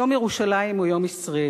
יום ירושלים הוא יום ישראלי,